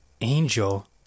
Angel